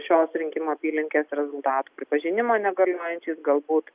šios rinkimų apylinkės rezultatų pripažinimo negaliojančiais galbūt